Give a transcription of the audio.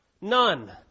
None